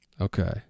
Okay